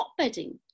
hotbedding